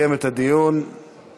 הנחוצים